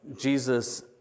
Jesus